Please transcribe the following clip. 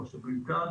כמו שאתם רואים כאן